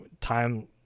time